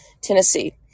Tennessee